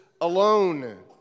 alone